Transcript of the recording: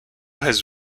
has